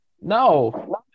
No